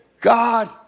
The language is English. God